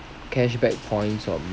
cashback points or